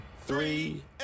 three